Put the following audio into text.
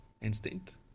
instinct